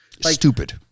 Stupid